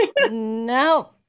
no